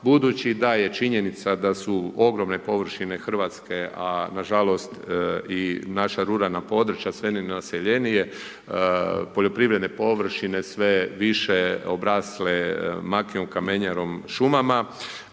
budući da je činjenica da su ogromne površine Hrvatske, a nažalost i naša ruralna područja, sve nenaseljenije, poljoprivredne površine sve više obrasle makijom, kamenjarom, šumama,